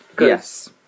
Yes